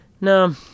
No